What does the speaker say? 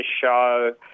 show